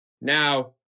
now